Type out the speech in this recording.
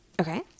Okay